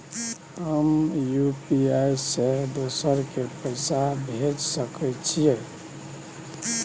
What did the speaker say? हम यु.पी.आई से दोसर के पैसा भेज सके छीयै?